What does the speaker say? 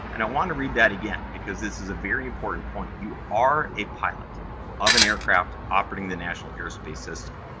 and i want to read that again, because this is a very important point. you are a pilot of an aircraft operating the national airspace system.